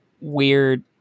weird